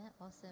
awesome